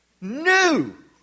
new